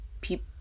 people